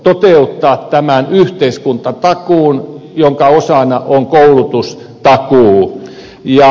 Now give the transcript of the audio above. toteuttaa tämän yhteiskuntatakuun jonka osana on koulutustakuu